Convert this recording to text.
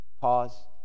pause